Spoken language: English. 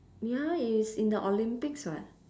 ya it is in the olympics [what]